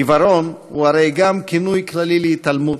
עיוורון הוא הרי גם כינוי כללי להתעלמות.